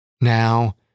Now